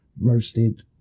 roasted